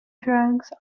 drugs